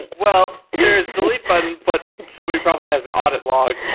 well, there's delete button, but somebody probably has an audit log.